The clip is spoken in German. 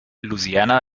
louisiana